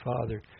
Father